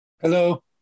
Hello